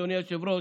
אדוני היושב-ראש,